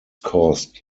caused